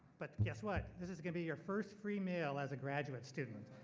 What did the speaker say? but guess what. this is gonna be your first free meal as a graduate student.